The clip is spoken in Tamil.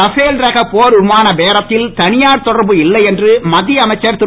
ரஃபேல் ரக போர் விமான பேரத்தில் தனியார் தொடர்பு இல்லை என்று மத்திய அமைச்சர் திரு